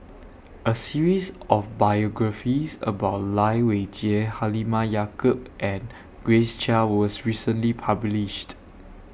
A series of biographies about Lai Weijie Halimah Yacob and Grace Chia was recently published